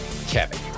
Kevin